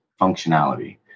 functionality